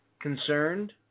concerned